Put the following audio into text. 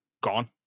gone